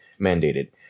mandated